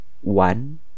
one